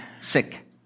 sick